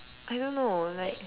I don't know like